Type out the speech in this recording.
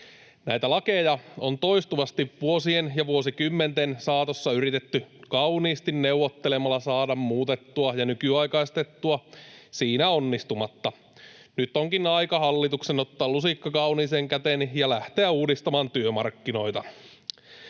Näitä lakeja on toistuvasti vuosien ja vuosikymmenten saatossa yritetty kauniisti neuvottelemalla saada muutettua ja nykyaikaistettua siinä onnistumatta. Nyt onkin aika hallituksen ottaa lusikka kauniiseen käteen ja lähteä uudistamaan työmarkkinoita.